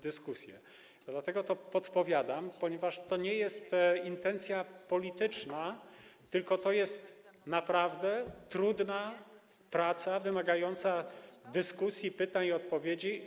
Dlatego to podpowiadam, ponieważ to nie jest intencja polityczna, tylko to jest naprawdę trudna praca wymagająca dyskusji z ludźmi, pytań i odpowiedzi.